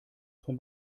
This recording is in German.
vom